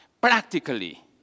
practically